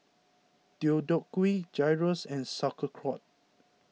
Deodeok Gui Gyros and Sauerkraut